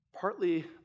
Partly